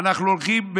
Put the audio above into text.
אנחנו הולכים,